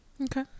Okay